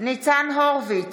ניצן הורוביץ,